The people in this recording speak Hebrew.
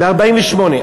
ב-1948.